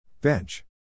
Bench